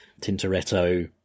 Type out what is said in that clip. Tintoretto